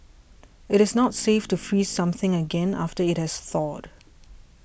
it is not safe to freeze something again after it has thawed